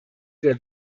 der